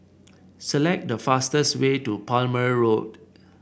select the fastest way to Plumer Road